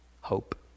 hope